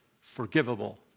forgivable